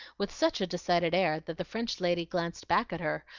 with such a decided air that the french lady glanced back at her,